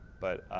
but